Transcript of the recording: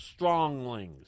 stronglings